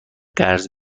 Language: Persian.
قرض